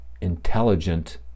intelligent